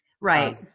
Right